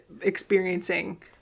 experiencing